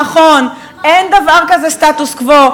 נכון, אין דבר כזה סטטוס-קוו.